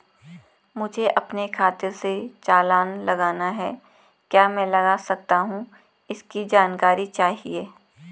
मुझे अपने खाते से चालान लगाना है क्या मैं लगा सकता हूँ इसकी जानकारी चाहिए?